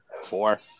Four